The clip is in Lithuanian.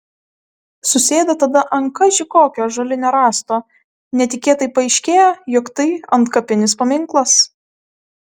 susėda tada ant kaži kokio ąžuolinio rąsto netikėtai paaiškėja jog tai antkapinis paminklas